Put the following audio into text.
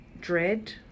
dread